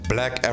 Black